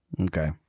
Okay